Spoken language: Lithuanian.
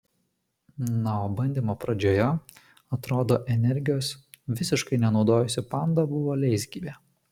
na o bandymo pradžioje atrodo energijos visiškai nenaudojusi panda buvo leisgyvė